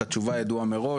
התשובה ידועה מראש.